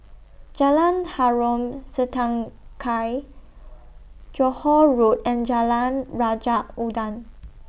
Jalan Harom Setangkai Johore Road and Jalan Raja Udang